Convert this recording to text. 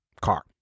car